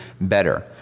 better